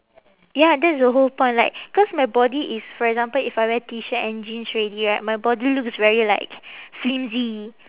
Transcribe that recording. ya that's the whole point like cause my body is for example if I wear T shirt and jeans already right my body looks very like flimsy